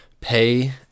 pay